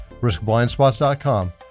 riskblindspots.com